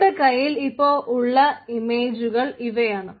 നമ്മുടെ കൈയിൽ ഇപ്പോൾ ഉള്ള ഇമേജുകൾ ഇവയാണ്